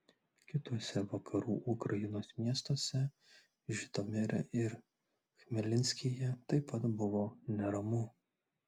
kituose vakarų ukrainos miestuose žitomire ir chmelnickyje taip pat buvo neramu